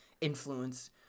influence